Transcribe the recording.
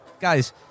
guys